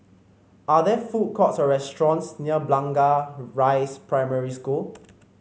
are there food courts or restaurants near Blangah Rise Primary School